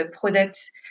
products